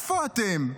איפה אתם?